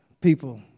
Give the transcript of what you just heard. people